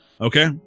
okay